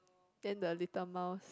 then the little mouse